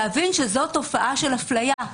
להבין שזו תופעת אפליה.